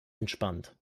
entspannt